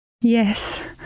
Yes